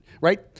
right